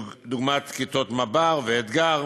דוגמת כיתות מב"ר ואתג"ר,